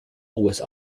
always